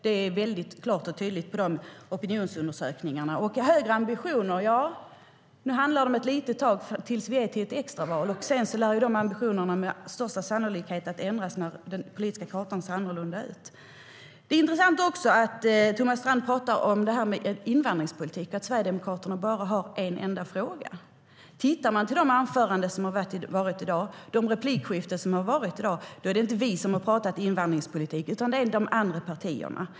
Det syns klart och tydligt i opinionsundersökningarna. Thomas Strand talar om att Sverigedemokraterna bara har en fråga, och det är invandringspolitiken. I dagens anföranden och replikskiften är det inte vi som har talat om invandringspolitik, utan det är de andra partierna.